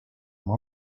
oma